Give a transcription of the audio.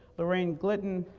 laraine glidden,